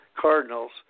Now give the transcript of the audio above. Cardinals